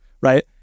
right